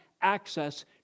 access